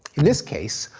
in this case,